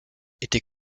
était